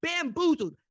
bamboozled